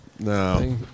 No